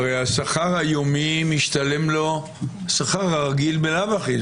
הרי השכר היומי משתלם לו השכר הרגיל בלאו הכי,